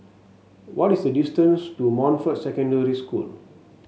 what is the distance to Montfort Secondary School